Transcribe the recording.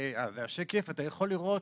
אתה יכול לראות